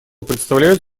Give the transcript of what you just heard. представляют